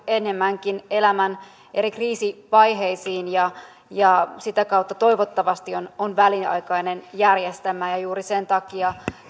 enemmänkin elämän eri kriisivaiheisiin ja ja se sitä kautta toivottavasti on on väliaikainen järjestelmä juuri sen takia